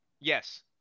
Yes